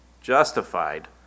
justified